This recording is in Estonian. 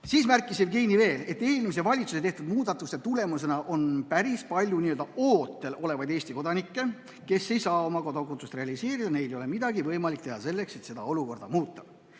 Siis märkis Jevgeni veel, et eelmise valitsuse tehtud muudatuste tulemusena on päris palju n-ö ootel olevaid Eesti kodanikke, kes ei saa oma õigust kodakondsusele realiseerida. Neil ei ole midagi võimalik teha selleks, et seda olukorda muuta.